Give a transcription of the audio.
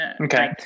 Okay